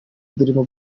dream